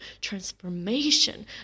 transformation